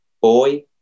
boy